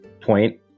point